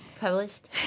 published